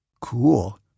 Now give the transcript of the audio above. Cool